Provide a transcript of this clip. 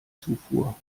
zufuhr